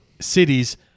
cities